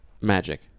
Magic